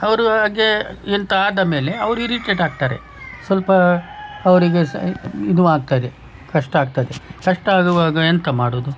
ಅವರು ಹಾಗೇ ಎಂಥ ಆದ ಮೇಲೆ ಅವರು ಇರಿಟೇಟ್ ಆಗ್ತಾರೆ ಸ್ವಲ್ಪ ಅವರಿಗೆ ಸಹ ಇದು ಆಗ್ತದೆ ಕಷ್ಟ ಆಗ್ತದೆ ಕಷ್ಟ ಆಗುವಾಗ ಎಂಥ ಮಾಡೋದು